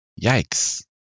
Yikes